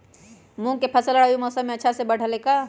मूंग के फसल रबी मौसम में अच्छा से बढ़ ले का?